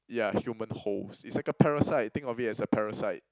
yeah human holes is like a parasite think of it as a parasite